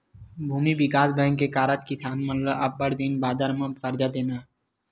भूमि बिकास बेंक के कारज किसान मन ल अब्बड़ दिन बादर म करजा देना